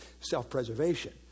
self-preservation